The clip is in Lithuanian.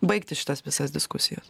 baigti šitas visas diskusijas